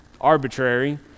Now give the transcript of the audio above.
arbitrary